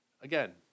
again